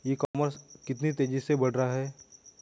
ई commerce कितनी तेजी से बढ़ रहा है?